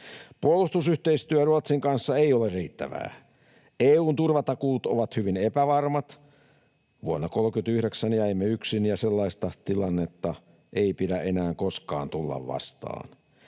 Puolustusyhteistyö Ruotsin kanssa ei ole riittävää. EU:n turvatakuut ovat hyvin epävarmat. Vuonna 39 jäimme yksin, ja sellaista tilannetta ei pidä enää koskaan tulla vastaan.